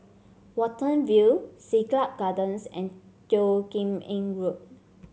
Watten View Siglap Gardens and Teo Kim Eng Road